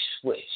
switch